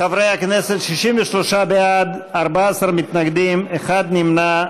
חברי הכנסת, 63 בעד, 14 מתנגדים, אחד נמנע.